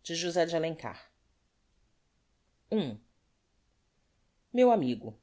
de alencar i meu amigo